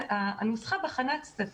הנוסחה איתרה בתי